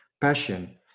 passion